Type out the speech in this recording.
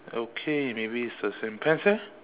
okay maybe it's the same pants eh